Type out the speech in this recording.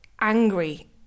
angry